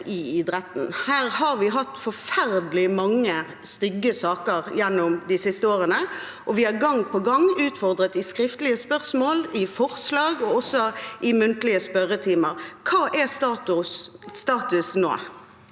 Her har vi hatt forferdelig mange stygge saker gjennom de siste årene, og vi har gang på gang utfordret om dette i skriftlige spørsmål, i forslag og også i muntlige spørretimer. Hva er status nå?